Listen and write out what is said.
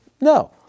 No